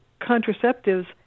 contraceptives